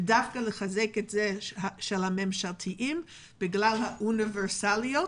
ודווקא לחזק את הממשלתיים בגלל האוניברסליות